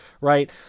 right